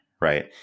right